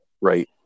Right